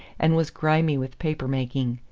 and was grimy with paper-making.